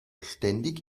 ständig